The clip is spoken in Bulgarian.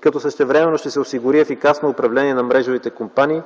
като същевременно ще се осигури ефикасно управление на мрежовите компании